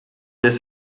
ist